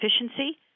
efficiency